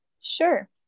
Sure